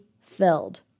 filled